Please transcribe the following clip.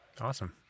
Awesome